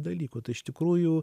dalykų tai iš tikrųjų